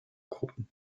gruppen